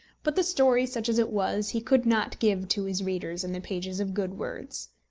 but the story, such as it was, he could not give to his readers in the pages of good words.